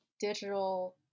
digital